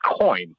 coin